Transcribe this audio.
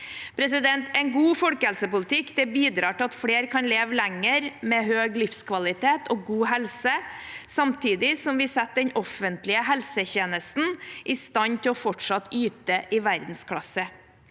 En god folkehelsepolitikk bidrar til at flere kan leve lenger med høy livskvalitet og god helse, samtidig som vi setter den offentlige helsetjenesten i stand til fortsatt å yte i verdensklasse.